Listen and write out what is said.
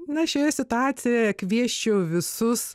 na šioje situacijoje kviesčiau visus